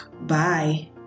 bye